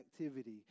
activity